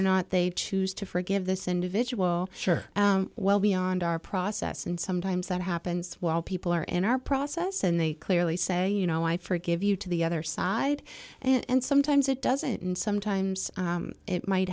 or not they choose to forgive this individual well beyond our process and sometimes that happens while people are in our process and they clearly say you know i forgive you to the other side and sometimes it doesn't and sometimes it might